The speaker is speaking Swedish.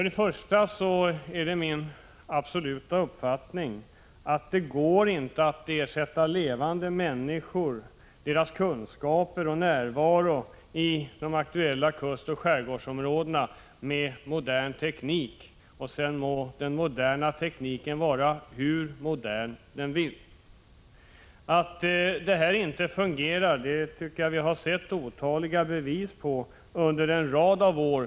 Det är absolut min uppfattning att det inte går att ersätta människor, deras kunskaper och närvaro i de aktuella kustoch skärgårdsområdena, med modern teknik — sedan må den moderna tekniken vara hur modern som helst. Att det inte fungerar tycker jag vi har sett otaliga bevis på under en rad år då 17 Prot.